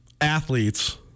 athletes